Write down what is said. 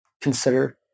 consider